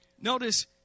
Notice